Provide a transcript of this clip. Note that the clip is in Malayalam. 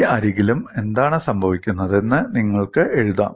ഈ അരികിലും എന്താണ് സംഭവിക്കുന്നതെന്ന് നിങ്ങൾക്ക് എഴുതാം